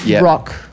rock